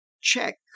check